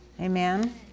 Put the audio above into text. Amen